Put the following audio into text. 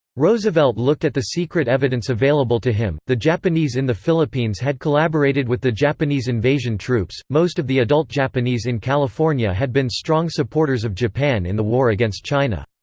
roosevelt looked at the secret evidence available to him the japanese in the philippines had collaborated with the japanese invasion troops most of the adult japanese in california had been strong supporters of japan in the war against china.